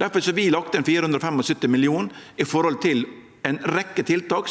Difor har vi lagt inn 475 mill. kr til ei rekkje tiltak